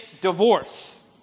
divorce